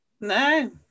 No